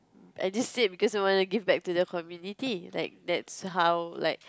I just said because I want to give back to the community like that's how like